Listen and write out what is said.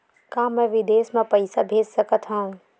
का मैं विदेश म पईसा भेज सकत हव?